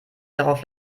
darauf